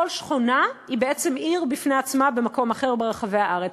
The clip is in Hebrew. כל שכונה היא בעצם עיר בפני עצמה במקום אחר ברחבי הארץ,